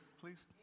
please